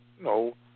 no